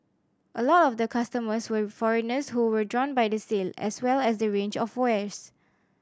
a lot of the customers were foreigners who were drawn by the sale as well as the range of wares